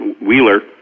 Wheeler